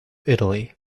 italy